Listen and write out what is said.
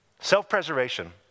Self-preservation